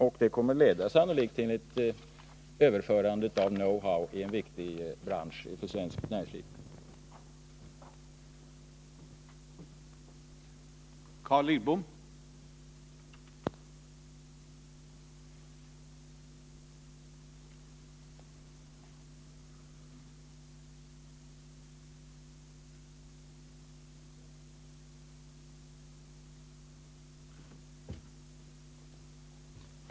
Och det kommer sannolikt att leda till ett överförande av know how i en för svenskt näringsliv viktig bransch.